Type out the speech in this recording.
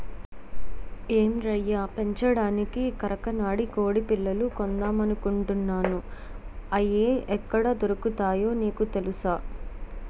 ఏం రయ్యా పెంచడానికి కరకనాడి కొడిపిల్లలు కొందామనుకుంటున్నాను, అయి ఎక్కడ దొరుకుతాయో నీకు తెలుసా?